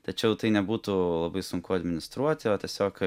tačiau tai nebūtų labai sunku administruoti o tiesiog